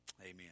Amen